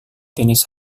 tenis